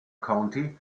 county